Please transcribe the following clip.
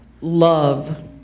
love